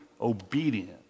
obedient